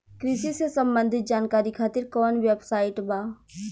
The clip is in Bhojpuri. कृषि से संबंधित जानकारी खातिर कवन वेबसाइट बा?